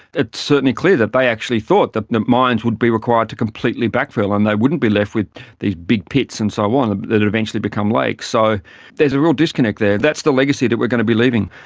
it's certainly clear that they actually thought that the mines would be required to completely backfill and there wouldn't be left with these big pits and so on ah that would eventually become lakes. like so there's a real disconnect there. that's the legacy that we are going to be leaving.